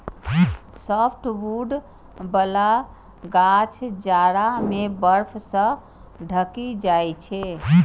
softwood बला गाछ जाड़ा मे बर्फ सं ढकि जाइ छै